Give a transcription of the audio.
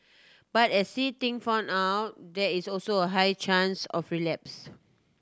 but as See Ting found out there is also a high chance of relapse